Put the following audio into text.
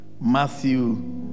Matthew